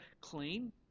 clean